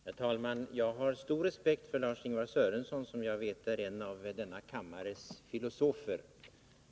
Herr talman! Jag har stor respekt för Lars-Ingvar Sörenson, som jag vet är en av denna kammares filosofer.